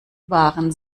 waren